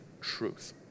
truth